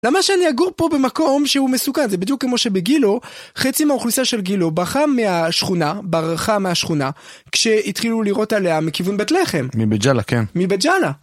למה שאני אגור פה במקום שהוא מסוכן? זה בדיוק כמו שבגילה, חצי מהאוכלוסייה של גילו ברחה מהשכונה, כשהתחילו לירות עליה מכיוון בית לחם. מבית ג'אלה. כן, מבית ג'אלה.